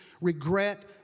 regret